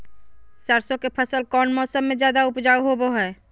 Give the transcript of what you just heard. सरसों के फसल कौन मौसम में ज्यादा उपजाऊ होबो हय?